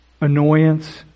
annoyance